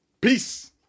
peace